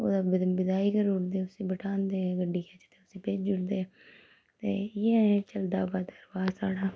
ओह्दी बदाई करी उड़दे उसी बठांह्दे गड्डियै च ते उसी भेजी उड़दे ते इयै ऐ चलदा आवा दा रवाज़ साढ़ा